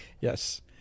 Yes